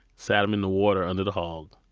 sat them in the water under the hog.